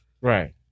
Right